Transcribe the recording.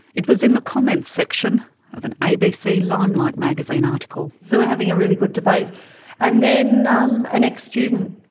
it was in the comments section of an abc limelight magazine article. so we're having a really good debate and then um an ex-student,